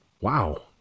wow